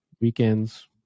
weekends